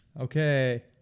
Okay